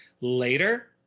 later